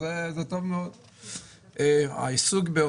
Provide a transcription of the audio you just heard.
שקט יש בבית קברות.